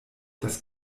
das